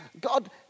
God